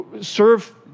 serve